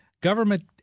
government